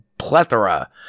plethora